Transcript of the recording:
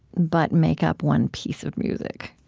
but make up one piece of music.